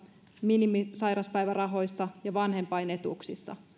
minimisairauspäivärahoissa ja vanhempainetuuksissa